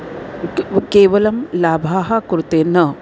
केवलं लाभाः कृते न